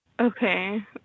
Okay